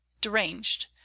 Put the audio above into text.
deranged